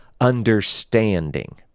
understanding